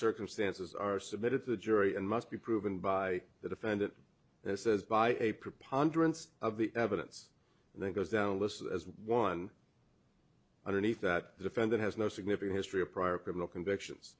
circumstances are submitted to the jury and must be proven by the defendant says by a preponderance of the evidence and then goes down a list as one underneath that the defendant has no significant history of prior criminal convictions